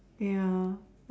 ya